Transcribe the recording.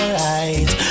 right